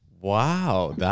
Wow